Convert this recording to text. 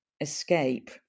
escape